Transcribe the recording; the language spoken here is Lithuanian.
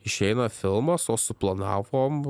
išeina filmas o suplanavom